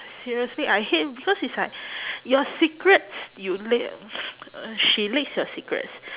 seriously I hate because it's like your secrets you leak uh she leaks your secrets